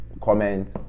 comment